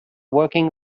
working